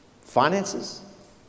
Finances